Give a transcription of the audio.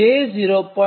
025 થાય